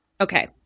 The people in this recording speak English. Okay